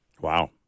Wow